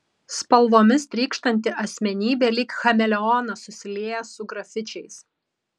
spalvomis trykštanti asmenybė lyg chameleonas susilieja su grafičiais